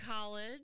college